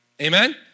Amen